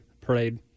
parade